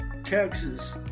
Texas